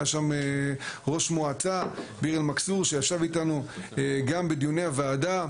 היה שם ראש מועצת ביר אל מכסור שישב איתנו גם בדיוני הוועדה,